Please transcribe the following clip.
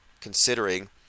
considering